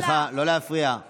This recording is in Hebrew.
וזה התירוץ שלך להפיכה משטרית?